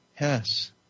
Yes